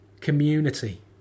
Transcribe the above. community